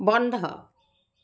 বন্ধ